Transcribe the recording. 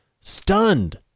stunned